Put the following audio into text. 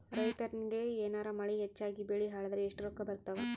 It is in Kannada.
ರೈತನಿಗ ಏನಾರ ಮಳಿ ಹೆಚ್ಚಾಗಿಬೆಳಿ ಹಾಳಾದರ ಎಷ್ಟುರೊಕ್ಕಾ ಬರತ್ತಾವ?